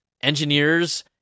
engineers